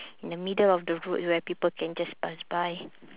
the middle of the road where people can just pass by